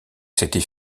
c’était